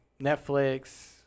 Netflix